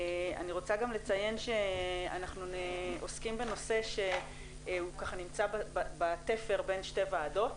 אני רוצה גם לציין שאנחנו עוסקים בנושא שהוא נמצא בתפר בין שתי ועדות,